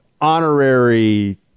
Honorary